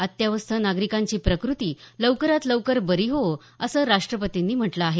अत्यवस्थ नागरिकांची प्रकृती लवकरात लवकर बरी होवो असं राष्ट्रपतींनी म्हटलं आहे